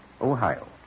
Ohio